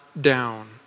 down